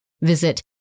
visit